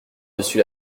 dessus